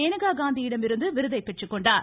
மேனகா காந்தியிடமிருந்து விருதை பெற்றுக்கொண்டார்